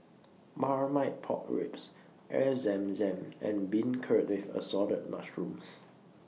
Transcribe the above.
Marmite Pork Ribs Air Zam Zam and Beancurd with Assorted Mushrooms